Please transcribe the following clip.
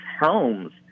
homes